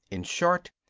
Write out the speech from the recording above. in short,